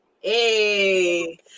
Hey